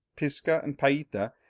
pisca, and paita,